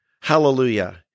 Hallelujah